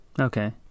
Okay